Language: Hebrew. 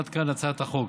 עד כאן הצעת החוק.